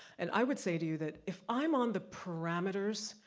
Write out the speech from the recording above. and i would say to you that, if i'm on the parameters,